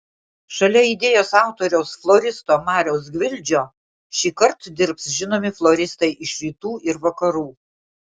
šalia idėjos autoriaus floristo mariaus gvildžio šįkart dirbs žinomi floristai iš rytų ir vakarų